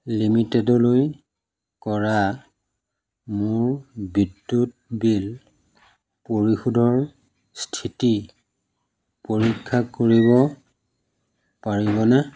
লিমিটেডলৈ কৰা মোৰ বিদ্যুৎ বিল পৰিশোধৰ স্থিতি পৰীক্ষা কৰিব পাৰিবনে